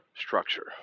structure